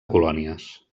colònies